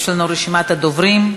יש לנו רשימת דוברים.